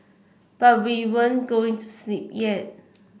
but we weren't going to sleep yet